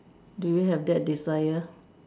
do you have that desire